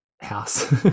house